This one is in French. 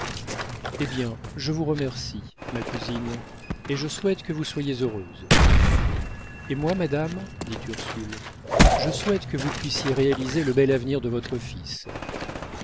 eh bien je vous remercie ma cousine et je souhaite que vous soyez heureuse et moi madame dit ursule je souhaite que vous puissiez réaliser le bel avenir de votre fils